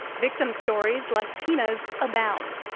victim's stories like tina's abound,